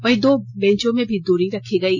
वहीं दो बैंचों में भी दूरी रखी गयी